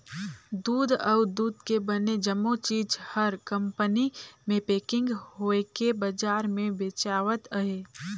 दूद अउ दूद ले बने जम्मो चीज हर कंपनी मे पेकिग होवके बजार मे बेचावत अहे